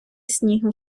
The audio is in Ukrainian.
снігу